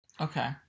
Okay